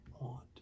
want